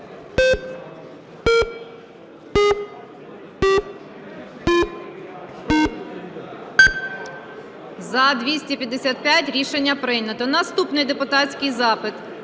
За-255 Рішення прийнято. Наступний депутатський запит.